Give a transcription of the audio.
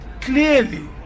clearly